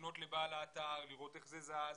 לפנות לבעל האתר, לראות איך זה זז.